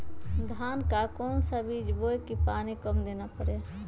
धान का कौन सा बीज बोय की पानी कम देना परे?